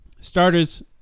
Starters